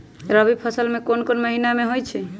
रबी फसल कोंन कोंन महिना में होइ छइ?